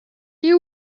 you